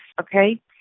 Okay